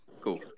Cool